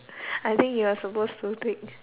I think you are supposed to take